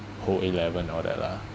whole A level all that lah